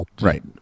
Right